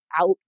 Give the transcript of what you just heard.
out